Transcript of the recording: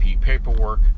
paperwork